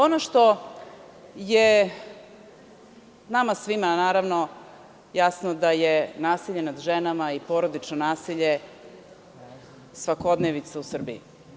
Ono što je nama svima jasno je da je nasilje nad ženama i porodično nasilje svakodnevnica u Srbiji.